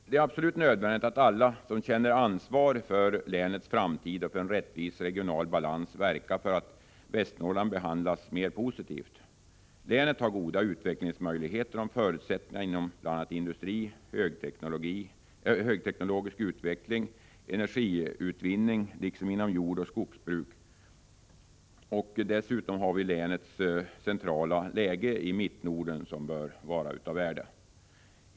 Det är absolut nödvändigt att alla som känner ansvar för länets framtid och för en rättvis regional balans verkar för att Västernorrland behandlas mer positivt. Länet har goda utvecklingsmöjligheter om förutsättningarna inom bl.a. industri, högteknologisk utveckling, energiutvinning liksom inom jordoch skogsbruk tas till vara. Dessutom bör länets centrala läge i Mittnorden vara av värde.